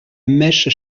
mèche